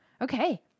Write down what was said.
okay